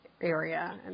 area